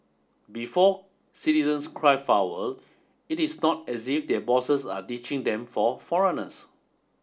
before citizens cry foul it is not as if their bosses are ditching them for foreigners